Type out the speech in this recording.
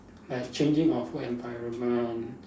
like changing of work environment